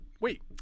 wait